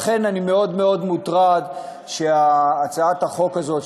לכן אני מאוד מאוד מוטרד שהצעת החוק הזו,